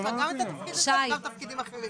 יש לה גם את התפקיד הזה וגם תפקידים אחרים.